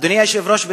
אדוני היושב-ראש,